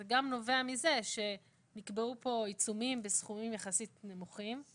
וזה גם נובע מזה שנקבעו כאן עיצומים בסכומים יחסית נמוכים.